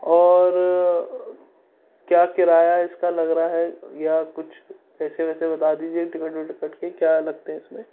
اور کیا کرایہ اس کا لگ رہا ہے یا کچھ پیسے ویسے بتا دیجیے ٹکٹ و ٹکٹ کے کیا لگتے ہیں اس میں